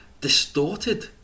distorted